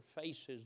faces